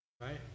right